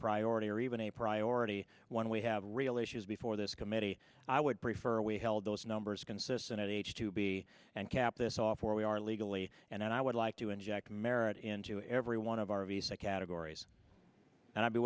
priority or even a priority one we have real issues before this committee i would prefer we held those numbers consistent h two b and cap this off where we are legally and i would like to inject merit into every one of our visa categories and i